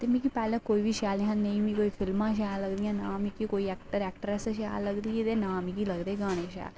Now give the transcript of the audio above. ते मिकी पैह्ले कोई बी शैल नेईं हा नेईं मि कोई फिल्मां शैल लगदियां न मिकी कोई ऐक्टर ऐक्टरैस शैल लगदी अदे न मिगी लगदे गाने शैल